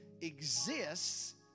exists